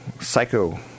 Psycho